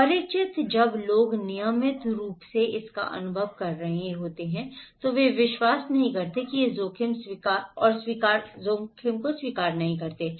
परिचित जब लोग नियमित रूप से इसका अनुभव कर रहे होते हैं तो वे विश्वास नहीं करते हैं या जोखिम स्वीकार नहीं करते हैं